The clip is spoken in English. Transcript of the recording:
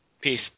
Peace